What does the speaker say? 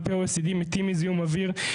על פי ה-OECD מתים מזיהום אוויר.